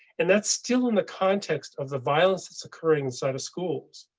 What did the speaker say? and that's still in the context of the violence that's occurring inside of schools,